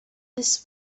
this